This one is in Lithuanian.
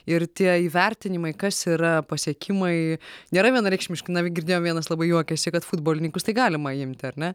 ir tie įvertinimai kas yra pasiekimai nėra vienareikšmiški na girdėjom vienas labai juokėsi kad futbolininkus tai galima imti ar ne